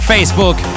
Facebook